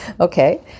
Okay